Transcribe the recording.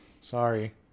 Sorry